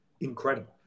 Incredible